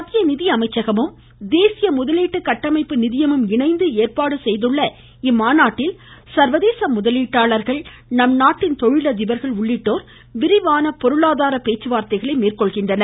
மத்திய நிதியமைச்சகமும் தேசிய முதலீட்டு கட்டமைப்பு நிதியமும் இணைந்து ஏற்பாடு செய்துள்ள இம்மாநாட்டில் சர்வதேச முதலீட்டாளர்கள் நம்நாட்டின் தொழிலதிபர்கள் உள்ளிட்டோர் விரிவான பொருளாதார பேச்சுவார்த்தைகளை மேற்கொள்கின்றனர்